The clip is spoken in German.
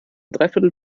dreiviertel